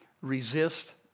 resist